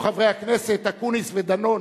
שבו חברי הכנסת אקוניס ודנון